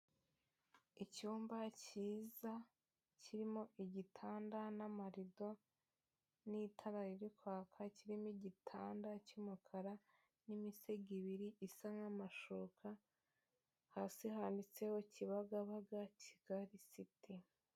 Icyumba cyiza kirimo igitanda n'amarido n'itara riri kwaka, kirimo igitanda cy'umukara n'imisego ibiri isa nk'amashuka, hasi handitseho Kibagabaga, Kigali siti.